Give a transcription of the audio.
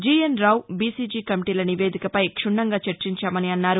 GN Rao BCG కమిటీల నివేదికపై క్షుణ్ణంగా చర్చించామన్నారు